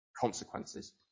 consequences